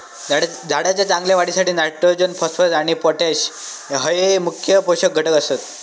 झाडाच्या चांगल्या वाढीसाठी नायट्रोजन, फॉस्फरस आणि पोटॅश हये मुख्य पोषक घटक आसत